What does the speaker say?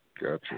Gotcha